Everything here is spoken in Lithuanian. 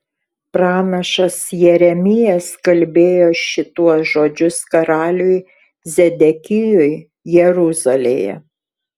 pranašas jeremijas kalbėjo šituos žodžius karaliui zedekijui jeruzalėje